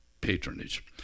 Patronage